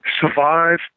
survive